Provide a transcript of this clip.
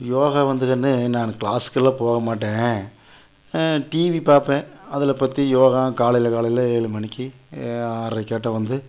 யோகா வந்து கண்ணு நான் க்ளாஸுக்கெல்லாம் போகமாட்டேன் டிவி பார்ப்பேன் அதில் பற்றி யோகா காலையில் காலையில் ஏழு மணிக்கு ஆறரைக்காட்டோம் வந்து